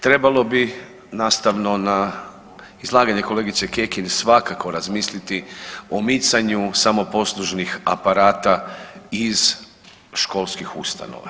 Trebalo bi nastavno na izlaganje kolegice Kekin svakako razmisliti o micanju samoposlužnih aparata iz školskih ustanova.